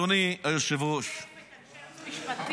אדוני היושב-ראש --- תוקף את אנשי הייעוץ המשפטי,